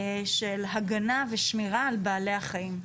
של הגנה ושמירה על בעלי החיים.